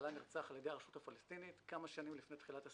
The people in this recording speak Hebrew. הוא נרצח על ידי הרשות הפלסטינית כמה שנים לפני תחילת הסיפור,